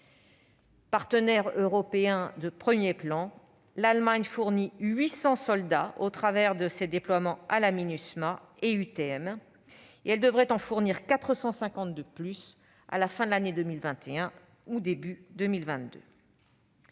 Partenaire européen de premier plan, l'Allemagne fournit 800 soldats au travers de ses déploiements au sein de la Minusma et de l'EUTM et elle devrait en fournir 450 de plus à la fin de l'année 2021 ou au début de